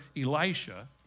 Elisha